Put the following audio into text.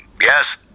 yes